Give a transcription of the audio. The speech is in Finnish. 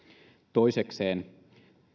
toisekseen